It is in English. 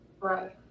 right